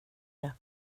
det